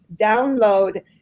download